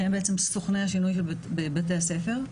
שהם בעצם סוכני השינוי בבתי הספר.